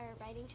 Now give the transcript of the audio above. writing